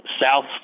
south